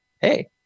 hey